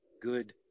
good